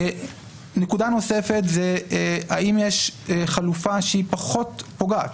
נקודה נוספת זה האם יש חלופה שהיא פחות פוגעת.